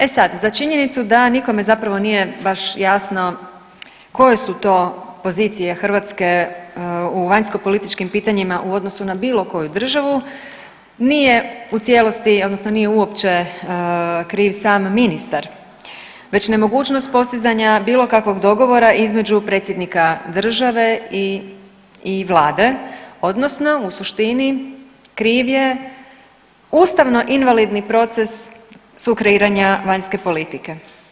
E sad za činjenicu da nikome zapravo baš nije jasno koje su to pozicije Hrvatske u vanjskopolitičkim pitanjima u odnosu na bilo koju državu nije u cijelosti odnosno nije uopće kriv sam ministar već nemogućnost postizanja bilo kakvog dogovora između predsjednika države i vlade odnosno u suštini kriv je ustavno invalidni proces sukreiranja vanjske politike.